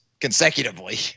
consecutively